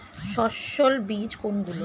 সস্যল বীজ কোনগুলো?